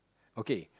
okay